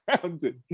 grounded